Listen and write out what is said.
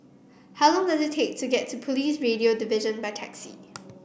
how long does it take to get to Police Radio Division by taxi